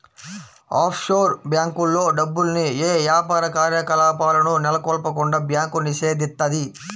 offshore బ్యేంకుల్లో డబ్బుల్ని యే యాపార కార్యకలాపాలను నెలకొల్పకుండా బ్యాంకు నిషేధిత్తది